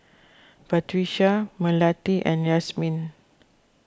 Batrisya Melati and Yasmin